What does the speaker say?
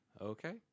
Okay